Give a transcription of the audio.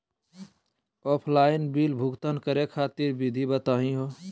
Offline bill भुगतान करे खातिर विधि बताही हो?